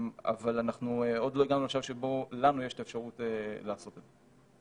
אבל אנחנו עוד לא הגענו לשלב שבו לנו יש את האפשרות לעשות את זה.